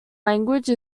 language